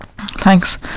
Thanks